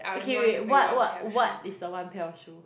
okay wait what what what is the one pair of shoe